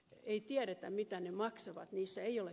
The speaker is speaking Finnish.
ei tiedetä mitä ne maksavat niissä ei ole